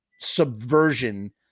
subversion